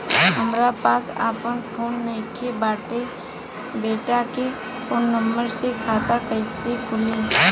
हमरा पास आपन फोन नईखे बेटा के फोन नंबर से खाता कइसे खुली?